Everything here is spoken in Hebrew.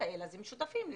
אז הם שותפים לזה.